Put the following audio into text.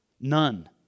None